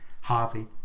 Harvey